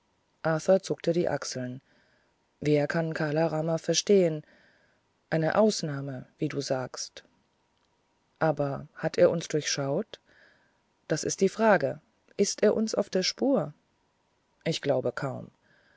zuckte die achsel wer kann kala rama verstehen eine ausnahme wie du sagst aber hat er uns durchschaut das ist die frage ist er uns auf der spur ich glaube kaum